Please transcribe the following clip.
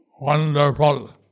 Wonderful